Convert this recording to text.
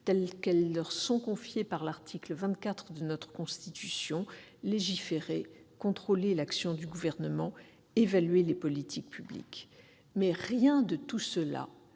qui leur sont confiées par l'article 24 de notre Constitution : légiférer, contrôler l'action du Gouvernement et évaluer les politiques publiques. Mais rien de tout cela